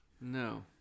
No